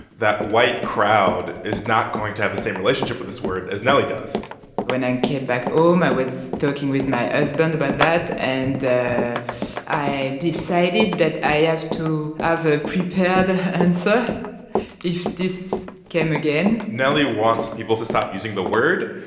that white crowd is not going to have the same relationship with this word as nelly does when i came back home, i was talking with my husband about that. and i decided that i have to ah have a prepared answer if this came again nelly wants people to stop using the word,